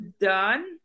done